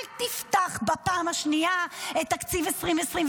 אל תפתח בפעם השנייה את תקציב 2024,